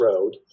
road